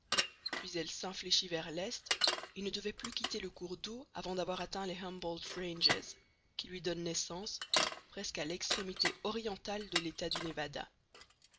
puis elle s'infléchit vers l'est et ne devait plus quitter le cours d'eau avant d'avoir atteint les humboldt ranges qui lui donnent naissance presque à l'extrémité orientale de l'état du nevada